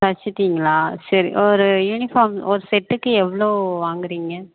தச்சிவிட்டிங்களா சரி ஒரு யூனிஃபார்ம் ஒரு செட்டுக்கு எவ்வளோ வாங்குறீங்க